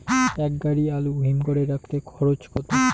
এক গাড়ি আলু হিমঘরে রাখতে খরচ কত?